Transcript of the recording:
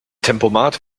tempomat